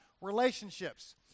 relationships